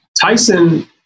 Tyson